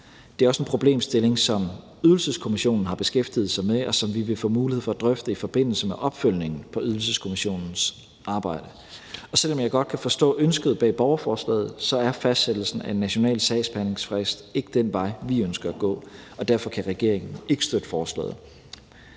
Det er også en problemstilling, som Ydelseskommissionen har beskæftiget sig med, og som vi vil få mulighed for at drøfte i forbindelse med opfølgningen på Ydelseskommissionens arbejde. Og selv om jeg godt kan forstå ønsket bag borgerforslaget, er fastsættelsen af en national sagsbehandlingsfrist ikke den vej, vi ønsker at gå, og derfor kan regeringen ikke støtte forslaget.